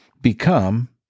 become